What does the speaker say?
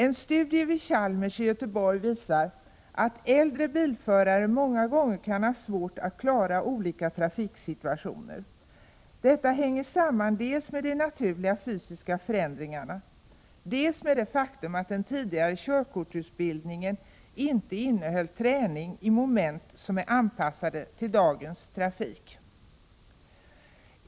En studie vid Chalmers i Göteborg visar att äldre bilförare många gånger kan ha svårt att klara olika trafiksituationer. Detta hänger samman dels med de naturliga fysiska förändringarna, dels med det faktum att den tidigare körkortsutbildningen inte innehöll träning i moment som är anpassade till dagens trafik.